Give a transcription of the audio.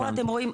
הבנתי,